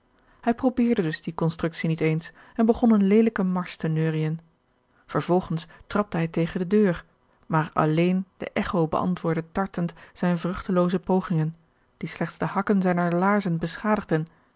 hij probeerde dus die constructie niet eens en begon een leelijken marsch te neuriën vervolgens trapte hij tegen de deur maar alléén de echo beantwoordde tartend zijne vruchtelooze pogingen die slechts de hakken zijner laarzen beschadigden